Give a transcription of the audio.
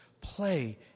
play